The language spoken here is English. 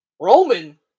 Roman